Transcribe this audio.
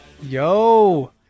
Yo